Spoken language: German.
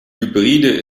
hybride